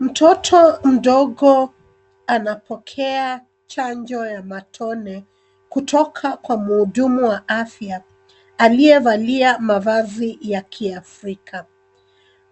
Mtoto mdogo anapokea chanjo ya matone kutoka kwa muhudumu wa afya aliye valia wavazi ya kiafrika.